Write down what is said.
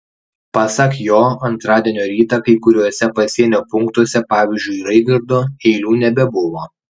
pasak jo antradienio rytą kai kuriuose pasienio punktuose pavyzdžiui raigardo eilių nebebuvo